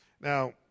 Now